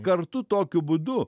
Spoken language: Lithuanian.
kartu tokiu būdu